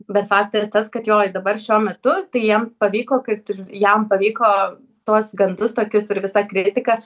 bet faktas tas kad jo ir dabar šiuo metu tai jiem pavyko kad jam pavyko tuos gandus tokius ir visą kritiką